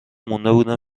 موندم